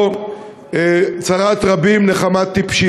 או "צרת רבים, נחמת טיפשים"?